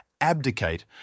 abdicate